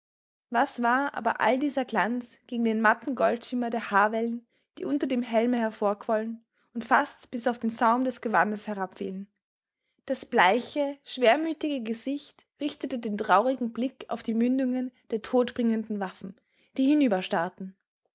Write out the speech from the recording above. was war aber all dieser glanz gegen den matten goldschimmer der haarwellen die unter dem helme hervorquollen und fast bis auf den saum des gewandes herabfielen das bleiche schwermütige gesicht richtete den traurigen blick auf die mündungen der todbringenden waffen die